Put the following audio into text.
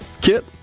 kit